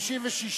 56 נגד,